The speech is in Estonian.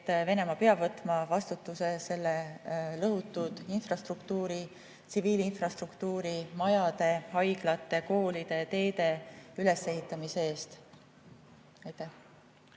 et Venemaa peab võtma vastutuse selle lõhutud infrastruktuuri, tsiviilinfrastruktuuri, elumajade, haiglate, koolide, teede uuesti ehitamise eest. Härra